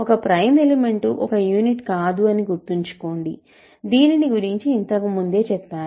ఒక prime element ఒక unit కాదు అని గుర్తుంచుకోండి దీనిని గురించి ఇంతకుముందే చెప్పాను